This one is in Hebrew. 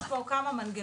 יש פה כמה מנגנונים.